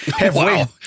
Wow